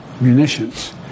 munitions